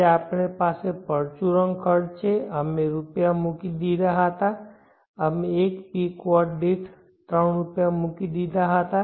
પછી આપણી પાસે પરચુરણ ખર્ચ છે અમે રૂપિયા મૂકી દીધા હતા અમે પીક વોટ દીઠ 3 રૂપિયા મૂકી દીધા હતા